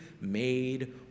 made